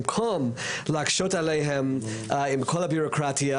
במקום להקשות עליהם עם כל הבירוקרטיה,